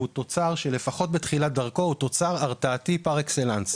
הוא תוצר שלפחות בתחילת דרכו הוא תוצר הרתעתי פר-אקסלנס.